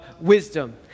wisdom